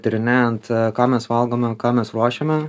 tyrinėjant ką mes valgome ką mes ruošiame